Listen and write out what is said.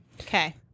Okay